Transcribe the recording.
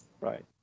Right